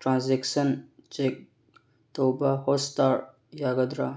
transaction check ꯇꯧꯕ Hotstar ꯌꯥꯒꯗ꯭ꯔꯥ